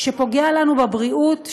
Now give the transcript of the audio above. שפוגע לנו בבריאות,